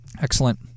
Excellent